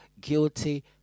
guilty